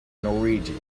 norwegian